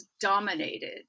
dominated